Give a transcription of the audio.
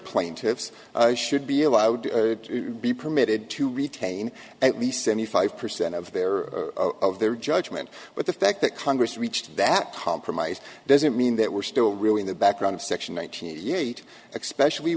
plaintiffs should be allowed to be permitted to retain at least seventy five percent of their of their judgment but the fact that congress reached that compromise doesn't mean that we're still really in the background of section one thousand eight e